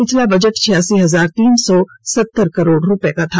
पिछला बजट छियासी हजार तीन सौ सत्तर करोड़ रूपये का था